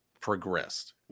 progressed